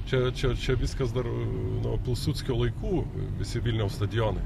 čia čia čia viskas dar nuo pilsudskio laikų visi vilniaus stadionai